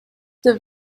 the